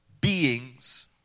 beings